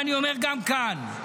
ואני אומר גם כאן,